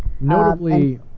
Notably